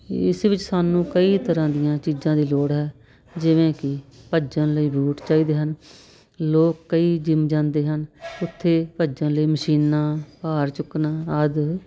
ਇਸ ਵਿੱਚ ਸਾਨੂੰ ਕਈ ਤਰ੍ਹਾਂ ਦੀਆਂ ਚੀਜ਼ਾਂ ਦੀ ਲੋੜ ਹੈ ਜਿਵੇਂ ਕਿ ਭੱਜਣ ਲਈ ਬੂਟ ਚਾਹੀਦੇ ਹਨ ਲੋਕ ਕਈ ਜਿਮ ਜਾਂਦੇ ਹਨ ਉੱਥੇ ਭੱਜਣ ਲਈ ਮਸ਼ੀਨਾਂ ਭਾਰ ਚੁੱਕਣਾ ਆਦਿ